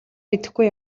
мэдэхгүй